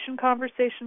conversation